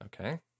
Okay